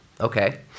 okay